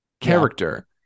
character